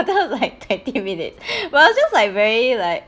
like like activate it I was just like very like